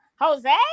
Jose